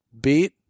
beat